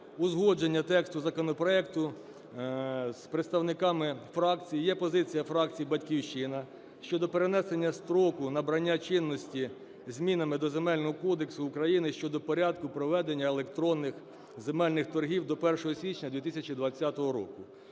узгодження тексту законопроекту з представниками фракцій. Є позиція фракції "Батьківщина" щодо перенесення строку набрання чинності змінами до Земельного кодексу України щодо порядку проведення електронних земельних торгів: до 1 січня 2020 року.